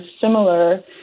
similar